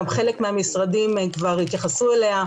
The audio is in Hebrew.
גם חלק מהמשרדים כבר התייחסנו אליה.